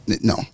No